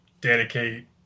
dedicate